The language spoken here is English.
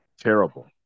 terrible